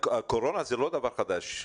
הקורונה היא לא דבר חדש.